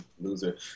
loser